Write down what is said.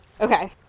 okay